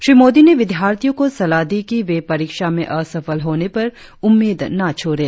श्री मोदी ने विद्यार्थियों को सलाह दी कि वे परीक्षा में असफल होने पर उम्मीद न छोड़े